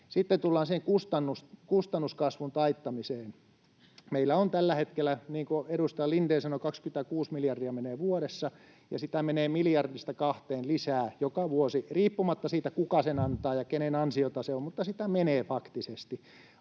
Sitten tullaan siihen kustannuskasvun taittamiseen: Meillä tällä hetkellä, niin kuin edustaja Lindén sanoi, 26 miljardia menee vuodessa, ja sitä menee miljardista kahteen lisää joka vuosi — riippumatta siitä, kuka sen antaa ja kenen ansiota se on, mutta sitä menee faktisesti.